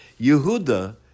Yehuda